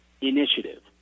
initiative